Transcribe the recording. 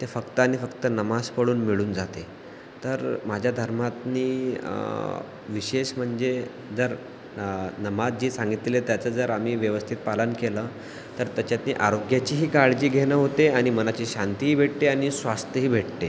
ते फक्त आणि फक्त नमाज पढून मिळून जाते तर माझ्या धर्मात मी विशेष म्हणजे जर नमाज जे सांगितलेले आहे त्याचं जर आम्ही व्यवस्थित पालन केलं तर त्याच्यातील आरोग्याचीही काळजी घेणं होते आणि मनाची शांतीही भेटते आणि स्वास्थ्यही भेटते